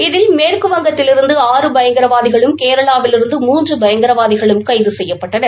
இதில் மேற்குவங்கத்திலிருந்து ஆறு பயங்கரவாதிகளும் கேரளாவிலிருந்து மூன்று பயங்கரவாதிகளும் கைது செய்யப்பட்டனர்